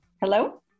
Hello